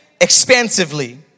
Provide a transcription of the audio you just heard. expansively